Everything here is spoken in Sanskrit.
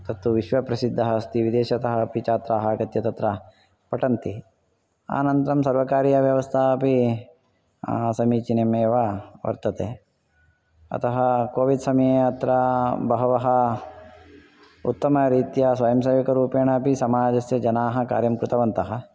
तत्तु विश्वप्रसिद्धः अस्ति विदेशतः अपि छात्राः आगत्य तत्र पठन्ति अनन्तरं सर्वकारीयव्यवस्था अपि समीचिनमेव वर्तते अतः कोविड् समये अत्र बहवः उत्तमरीत्या स्वयंसेवकरुपेण अपि समाजस्य जनाः कार्यं कृतवन्तः